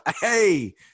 Hey